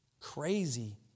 Crazy